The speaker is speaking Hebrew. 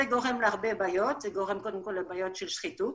זה גורם להרבה בעיות קודם כל לבעיות של שחיתות.